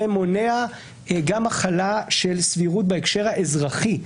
מונע גם החלה של סבירות בהקשר האזרחי.